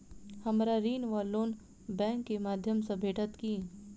हमरा ऋण वा लोन बैंक केँ माध्यम सँ भेटत की?